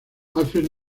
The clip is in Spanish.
alfred